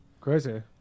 Crazy